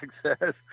success